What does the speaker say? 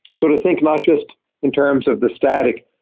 sort of think not just in terms of the static,